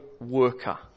worker